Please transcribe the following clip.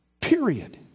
period